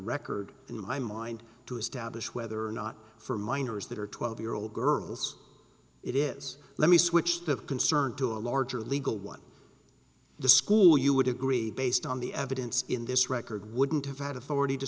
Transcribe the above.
record in my mind to establish whether or not for minors that are twelve year old girls it is let me switch the concern to a larger legal one the school you would agree based on the evidence in this record wouldn't have that authority to